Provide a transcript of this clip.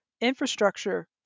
infrastructure